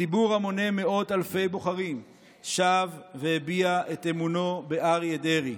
ציבור המונה מאות אלפי בוחרים שב והביע את אמונו באריה דרעי.